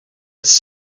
its